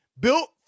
Built